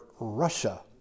Russia